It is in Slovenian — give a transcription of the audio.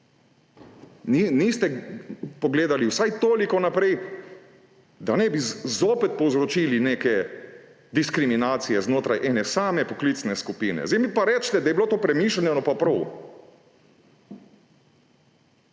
Niste pogledali vsaj toliko naprej, da ne bi zopet povzročili neke diskriminacije znotraj ene same poklicne skupine. Zdaj mi pa recite, da je bilo to premišljeno pa prav.